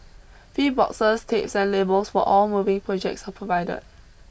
free boxes tapes and labels for all moving projects are provided